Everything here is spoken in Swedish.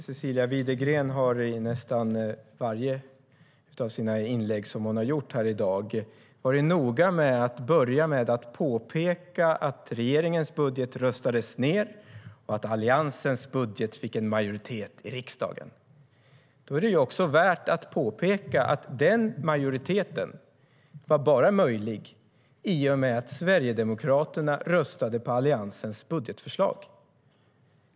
Cecilia Widegren har i nästan varje inlägg som hon har gjort här i dag varit noga med att börja med att påpeka att regeringens budget röstades ned och att Alliansens budget fick en majoritet i riksdagen. Då är det också värt att påpeka att den majoriteten bara var möjlig i och med att Sverigedemokraterna röstade på Alliansens budgetförslag.